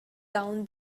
down